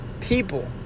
people